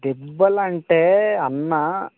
దెబ్బలంటే అన్నా